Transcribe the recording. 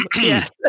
Yes